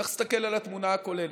צריך להסתכל על התמונה הכוללת.